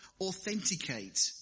authenticate